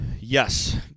Yes